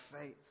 faith